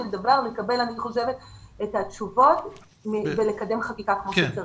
דבר לקבל את התשובות ולקדם חקיקה כמו שצריך.